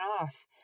off